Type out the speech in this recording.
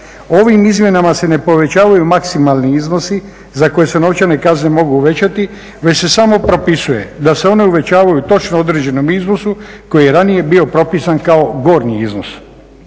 Ovim izmjenama se ne povećavaju maksimalni iznosi za koje se novčane kazne mogu uvećati već se samo propisuje da se one uvećavaju u točno određenom iznosu koji je ranije bio propisan kao gornji iznos.